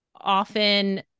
often